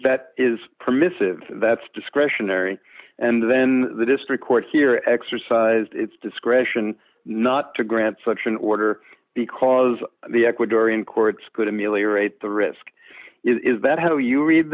that is permissive that's discretionary and then the district court here exercised its discretion not to grant such an order because the ecuadorian courts could ameliorate the risk is that how do you read